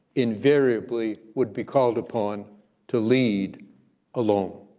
invariably would be called upon to lead alone.